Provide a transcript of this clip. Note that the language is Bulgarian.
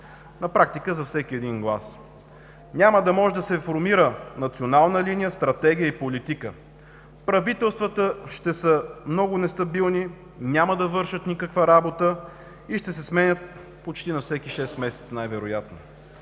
на практика за всеки един глас. Няма да може да се формира национална линия, стратегия и политика. Правителствата ще са много нестабилни, няма да вършат никаква работа и най-вероятно ще се сменят почти на всеки шест месеца.